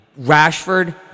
Rashford